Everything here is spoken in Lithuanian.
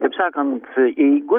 kaip sakant jeigu